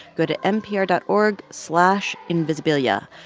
go to npr dot org slash invisibilia.